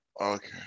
Okay